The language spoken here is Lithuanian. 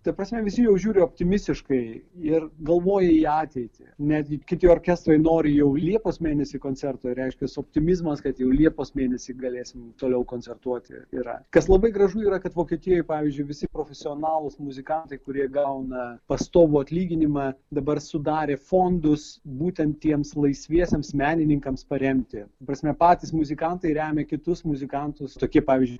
ta prasme visi jau žiūri optimistiškai ir galvoji į ateitį netgi kiti orkestrai nori jau liepos mėnesį koncerto reiškias optimizmas kad jau liepos mėnesį galėsim toliau koncertuoti yra kas labai gražu yra kad vokietijoj pavyzdžiui visi profesionalūs muzikantai kurie gauna pastovų atlyginimą dabar sudarė fondus būtent tiems laisviesiems menininkams paremti prasme patys muzikantai remia kitus muzikantus tokie pavyzdžiui